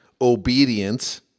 obedience